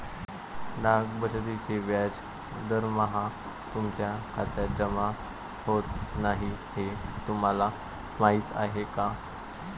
डाक बचतीचे व्याज दरमहा तुमच्या खात्यात जमा होत नाही हे तुम्हाला माहीत आहे का?